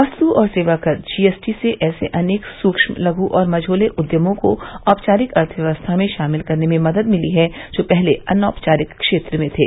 वस्तु और सेवा कर जीएसटी से ऐसे अनेक सूक्ष्म लघु और मझोले उद्यमों को औपचारिक अर्थव्यवस्था में शामिल करने में मदद मिली है जो पहले अनौपचारिक क्षेत्र में थे